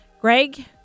Greg